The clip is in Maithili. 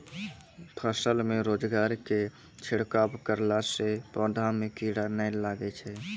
फसल मे रोगऽर के छिड़काव करला से पौधा मे कीड़ा नैय लागै छै?